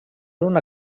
una